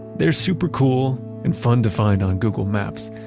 they're super cool and fun to find on google maps,